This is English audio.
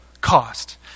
cost